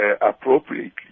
appropriately